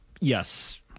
yes